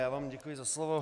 Já vám děkuji za slovo.